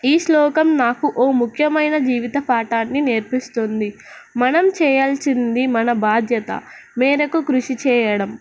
ఈ శ్లోకం నాకు ఒక ముఖ్యమైన జీవిత పాఠాన్ని నేర్పిస్తుంది మనం చేయాల్సింది మన బాధ్యత మేరకు కృషి చేయడం